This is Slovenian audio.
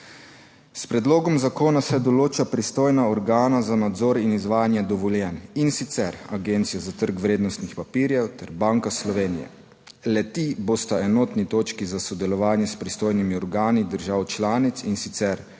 S predlogom zakona se določa pristojna organa za nadzor in izvajanje dovoljenj, in sicer Agencijo za trg vrednostnih papirjev ter Banko Slovenije. Le-ti bosta enotni točki za sodelovanje s pristojnimi organi držav članic, in sicer